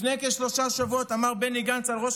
לפני כשלושה שבועות אמר בני גנץ על ראש